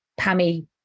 Pammy